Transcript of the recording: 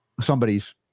somebody's